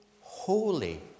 holy